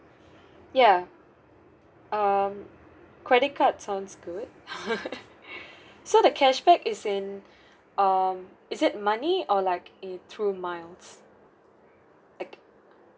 ya um credit card sounds good so the cashback is in um is it money or like it through miles ec~